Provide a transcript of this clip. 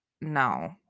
No